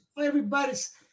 Everybody's